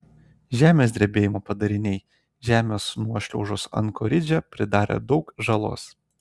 žemės drebėjimo padariniai žemės nuošliaužos ankoridže pridarė daug žalos